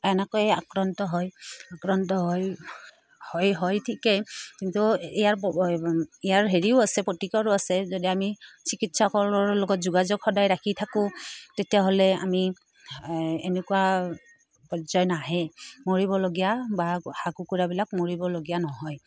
এনেকৈ আক্ৰান্ত হয় আক্ৰান্ত হৈ হৈ হয় ঠিকেই কিন্তু ইয়াৰ ইয়াৰ হেৰিও আছে প্ৰতিকৰো আছে যদি আমি চিকিৎসকসকলৰ লগত যোগাযোগ সদায় ৰাখি থাকোঁ তেতিয়াহ'লে আমি এনেকুৱা পৰ্যায় নাহে মৰিবলগীয়া বা হাঁহ কুকুৰাবিলাক মৰিবলগীয়া নহয়